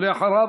ואחריו,